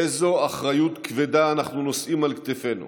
איזו אחריות כבדה אנחנו נושאים על כתפינו.